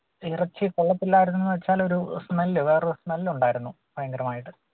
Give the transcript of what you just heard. ഇറച്ചി കൊള്ളത്തില്ലായിരുന്നു എന്ന് വെച്ചാലൊരു സ്മെൽ വേറൊരു സ്മെൽ ഉണ്ടായിരുന്നു ഭയങ്കരമായിട്ട്